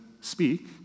speak